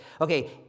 okay